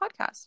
podcast